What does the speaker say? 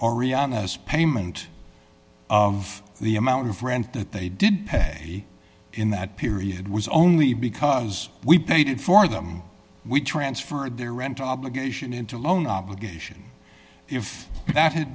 ariana's payment of the amount of rent that they did pay in that period was only because we played it for them we transferred their rent obligation into a loan obligation if that had